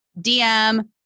DM